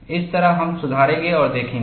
इस तरह हम सुधारेंगे और देखेंगे